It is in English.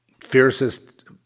fiercest